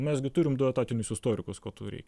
mes gi turim du etatinius istorikus ko tau reikia